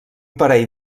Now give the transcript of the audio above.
parell